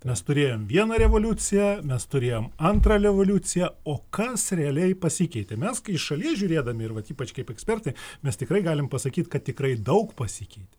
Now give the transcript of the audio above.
mes turėjom vieną revoliuciją mes turėjom antrą revoliuciją o kas realiai pasikeitė mes kai iš šalies žiūrėdami ir vat ypač kaip ekspertai mes tikrai galim pasakyt kad tikrai daug pasikeitė